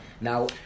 now